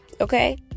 Okay